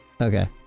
Okay